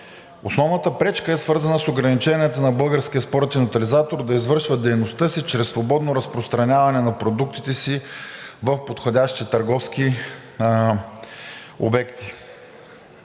Основната пречка е свързана с ограниченията на Българския спортен тотализатор да извършва дейността си чрез свободно разпространяване на продуктите си в подходящи търговски обекти